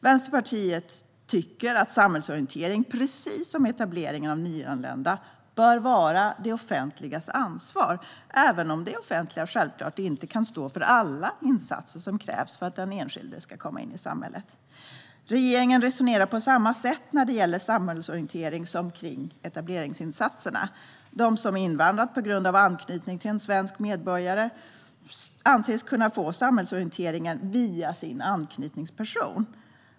Vänsterpartiet anser att samhällsorientering, precis som etableringen av nyanlända, bör vara det offentligas ansvar, även om det offentliga självklart inte kan stå för alla insatser som krävs för att den enskilde ska komma in i samhället. Regeringen resonerar på samma sätt när det gäller samhällsorientering som när det gäller etableringsinsatser, nämligen att de som har invandrat på grund av anknytning till en svensk medborgare anses kunna få samhällsorienteringen via sin anknytningsperson.